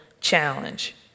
challenge